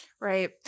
Right